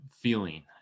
feeling